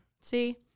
See